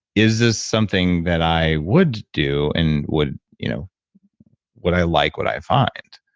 is this something that i would do, and would you know would i like what i find.